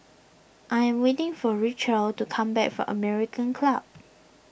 I am waiting for Richelle to come back from American Club